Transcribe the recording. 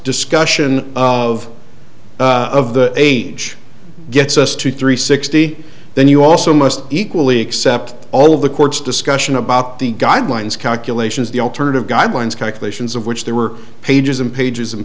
discussion of of the age gets us to three sixty then you also must equally accept all of the court's discussion about the guidelines calculations the alternative guidelines calculations of which there were pages and pages and